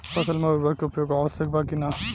फसल में उर्वरक के उपयोग आवश्यक बा कि न?